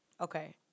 okay